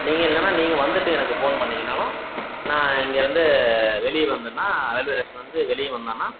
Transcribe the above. நீங்கள் இல்லைன்னா நீங்கள் வந்துட்டு எனக்கு ஃபோன் பண்ணீங்கன்னாலும் நான் இங்கேருந்து வெளியே வந்தேன்னா ரயில்வே ஸ்டேஷன் வந்து வெளியே வந்தேன்னா